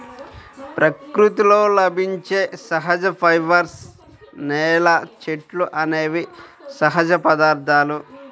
ప్రకృతిలో లభించే సహజ ఫైబర్స్, నేల, చెట్లు అనేవి సహజ పదార్థాలు